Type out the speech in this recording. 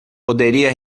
poderia